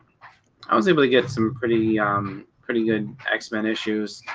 i was able to get some pretty pretty good x-men issues